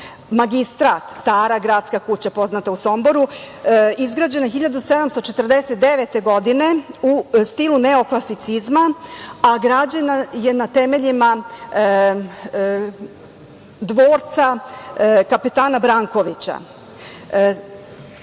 Magistrat, stara gradska kuća poznata u Somboru, izgrađena 1749. godine u stilu neoklasicizma, a građena je na temeljima dvorca kapetana Brankovića. Posle